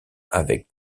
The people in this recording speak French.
avec